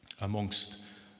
amongst